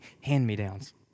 hand-me-downs